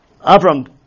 Avram